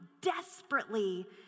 desperately